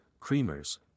creamers